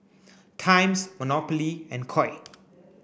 Times Monopoly and Koi